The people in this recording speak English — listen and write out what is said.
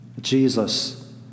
Jesus